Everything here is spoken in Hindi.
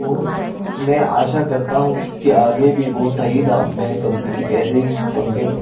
और मैं आशा करता हूँ कि आगे भी वो सही था में कंपनी ऐसे ही पंखे